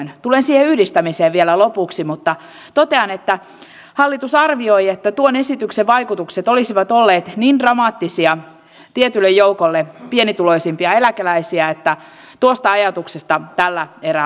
tulen siihen yhdistämiseen vielä lopuksi mutta totean että hallitus arvioi että tuon esityksen vaikutukset olisivat olleet niin dramaattisia tietylle joukolle pienituloisimpia eläkeläisiä että ajatuksesta tällä erää luovuttiin